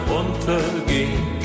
untergehen